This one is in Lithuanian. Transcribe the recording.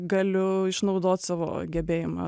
galiu išnaudot savo gebėjimą